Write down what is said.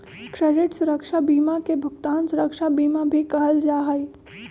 credit सुरक्षा बीमा के भुगतान सुरक्षा बीमा भी कहल जा हई